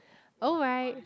alright